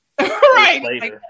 Right